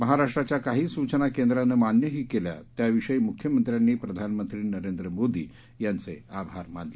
महाराष्ट्राच्या काही सूचना केंद्रानं मान्यही केल्या त्याविषयी मुख्यमंत्र्यांनी प्रधानमंत्री नरेंद्र मोदी यांचे आभार मानले